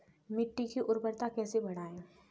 मिट्टी की उर्वरता कैसे बढ़ाएँ?